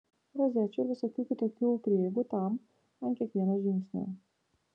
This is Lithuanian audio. rozečių ir visokių kitokių prieigų tam ant kiekvieno žingsnio